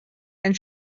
and